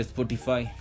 Spotify